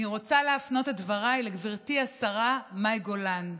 אני רוצה להפנות את דבריי לגברתי השרה מאי גולן,